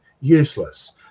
useless